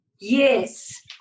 yes